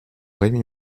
rémy